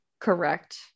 correct